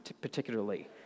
particularly